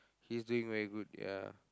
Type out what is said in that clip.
he's doing very good ya